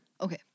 Okay